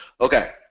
Okay